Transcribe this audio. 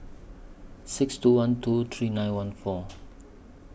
six two one two three nine one four